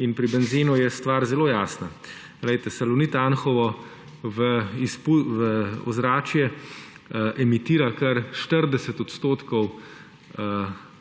in pri benzenu je stvar zelo jasna. Glejte, Salonit Anhovo v ozračje emitira kar 40 odstotkov